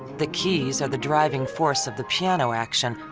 the keys are the driving force of the piano action,